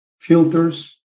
filters